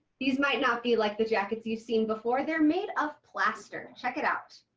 these might not be like the jackets you've seen before. they're made of plaster. check it out.